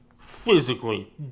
Physically